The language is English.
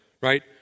right